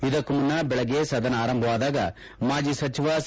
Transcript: ಇದಕ್ಕೂ ಮುನ್ನ ಬೆಳಗ್ಗೆ ಸದನ ಆರಂಭವಾದಾಗ ಮಾಜಿ ಸಚಿವ ಸಿ